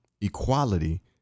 equality